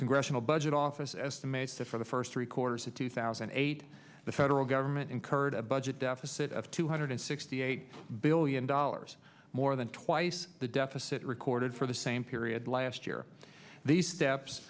congressional budget office estimates that for the first three quarters of two thousand and eight the federal government incurred a budget deficit of two hundred sixty eight billion dollars more than twice the deficit recorded for the same period last year these steps